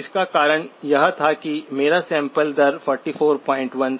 इसका कारण यह था कि मेरा सैंपल दर 441 था